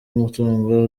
umutungo